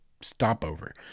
stopover